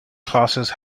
classes